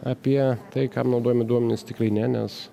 apie tai kam naudojami duomenys tikrai ne nes